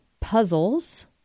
puzzles